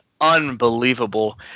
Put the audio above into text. unbelievable